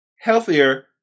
healthier